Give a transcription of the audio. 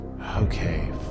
Okay